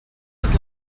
was